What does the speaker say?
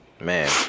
Man